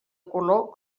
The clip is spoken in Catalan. color